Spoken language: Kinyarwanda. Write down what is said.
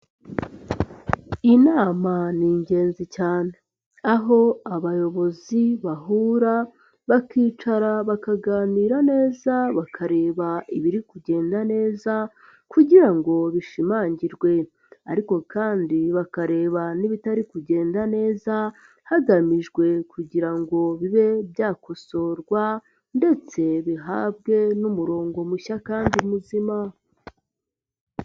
Inama ni ingenzi cyane aho abayobozi bahura bakicara bakaganira neza bakareba ibiri kugenda neza kugira ngo bishimangirwe ariko kandi bakareba n'ibitari kugenda neza hagamijwe kugira ngo bibe byakosorwa ndetse bihabwe n'umurongo mushya kandi muzima.